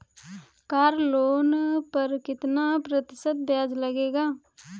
Car loan पर कितना प्रतिशत ब्याज लगेगा?